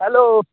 hello